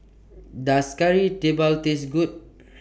Does Kari Debal Taste Good